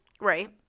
Right